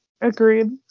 Agreed